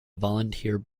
volunteer